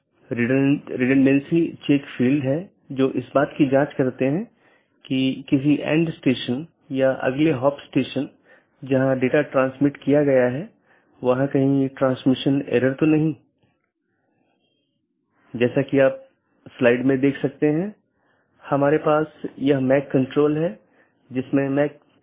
यदि हम पूरे इंटरनेट या नेटवर्क के नेटवर्क को देखते हैं तो किसी भी सूचना को आगे बढ़ाने के लिए या किसी एक सिस्टम या एक नेटवर्क से दूसरे नेटवर्क पर भेजने के लिए इसे कई नेटवर्क और ऑटॉनमस सिस्टमों से गुजरना होगा